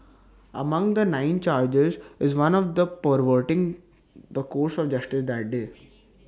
among the nine charges is one of perverting the course of justice that day